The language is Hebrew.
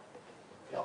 לא?